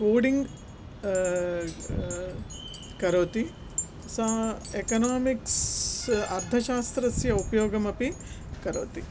coding करोति सा economics अर्थशास्त्रस्य उपयोगमपि करोति